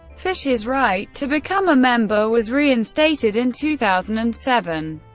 fischer's right to become a member was reinstated in two thousand and seven.